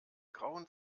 grauen